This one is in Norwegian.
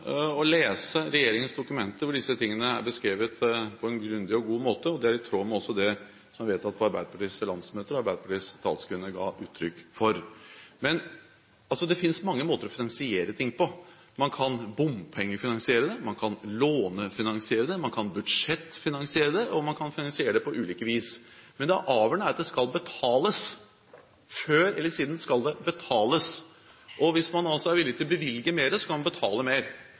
og lese regjeringens dokumenter, hvor disse tingene er beskrevet på en grundig og god måte. Det er i tråd med det som er vedtatt på Arbeiderpartiets landsmøter, det som Arbeiderpartiets talskvinne ga uttrykk for. Det finnes mange måter å finansiere ting på. Man kan bompengefinansiere det, man kan lånefinansiere det, man kan budsjettfinansiere det – man kan finansiere det på ulike vis. Men det avgjørende er at det skal betales – før eller siden skal det betales. Hvis man er villig til å bevilge mer, kan man betale mer.